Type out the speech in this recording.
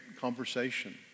conversation